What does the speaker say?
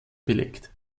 belegt